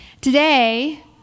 Today